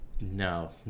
No